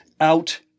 out